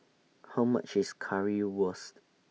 How much IS Currywurst